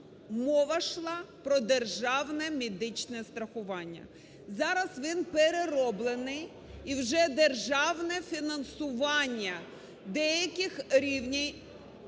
мова йшла про державне медичне страхування. Зараз він перероблений, і вже державне фінансування деяких рівнів